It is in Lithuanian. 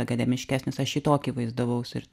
akademiškesnis aš jį tokį vaizdavausi ir